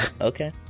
Okay